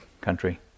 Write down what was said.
country